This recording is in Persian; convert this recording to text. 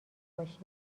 باشی